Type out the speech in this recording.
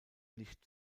nicht